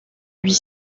huit